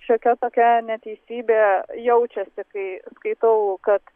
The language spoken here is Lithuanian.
šiokia tokia neteisybė jaučiasi kai skaitau kad